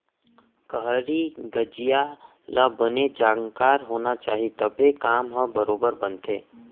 खरही गंजइया ल बने जानकार होना चाही तभे काम ह बरोबर बनथे